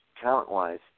talent-wise